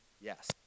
yes